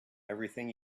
everything